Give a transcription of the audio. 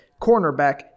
cornerback